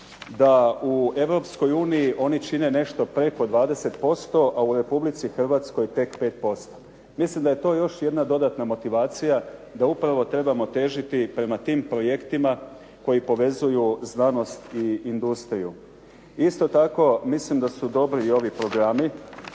uniji oni čine nešto preko 20% a u Republici Hrvatskoj tek 5%. Mislim da je to još jedna dodatna motivacija da upravo trebamo težiti prema tim projektima koji povezuju znanost i industriju. Isto tako, mislim da su dobri i ovi programi